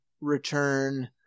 return